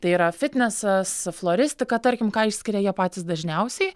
tai yra fitnesas floristika tarkim ką išskiria jie patys dažniausiai